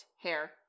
hair